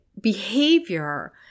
behavior